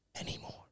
anymore